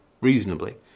reasonably